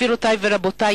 גבירותי ורבותי,